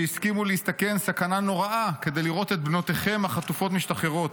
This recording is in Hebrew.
שהסכימו להסתכן סכנה נוראה כדי לראות את בנותיכם החטופות משתחררות.